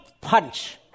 punch